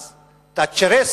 אז תאצ'ריסט?